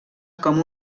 com